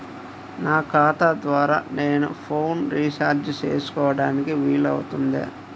నా ఖాతా ద్వారా నేను ఫోన్ రీఛార్జ్ చేసుకోవడానికి వీలు అవుతుందా?